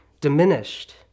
diminished